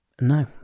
no